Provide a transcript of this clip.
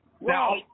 Now